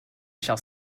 shall